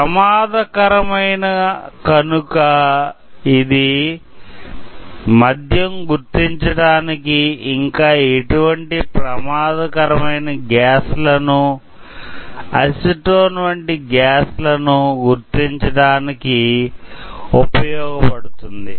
ప్రమాదకరమయిన కనుక ఇది మద్యం గుర్తించడానికి ఇంకా ఎటువంటి ప్రమాదకరమయిన గ్యాస్ ల ను అసిటోన్ వంటి గ్యాస్ ల ను గుర్తించడానికి ఉపయోగ పడుతుంది